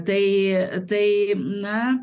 tai tai na